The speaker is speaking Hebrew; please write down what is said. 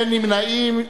אין נמנעים,